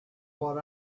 what